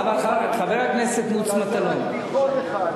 אבל, חבר הכנסת מוץ מטלון, תעשה רק תיכון אחד.